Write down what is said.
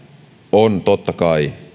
on totta kai